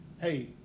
Hey